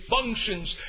functions